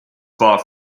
far